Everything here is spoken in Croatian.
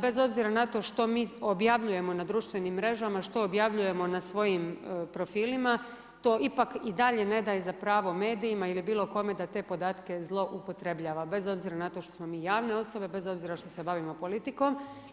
bez obzira na to što mi objavljujemo na društvenim mrežama, što objavljujemo na svojim profilima to ipak i dalje ne daje za pravo medijima ili bilo kome da te podatke zloupotrebljava, bez obzira na to što smo mi javne osobe, bez obzira što se bavimo politikom.